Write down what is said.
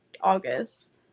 August